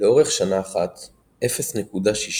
לאורך שנה אחת 0.6%